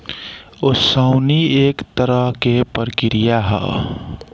ओसवनी एक तरह के प्रक्रिया ह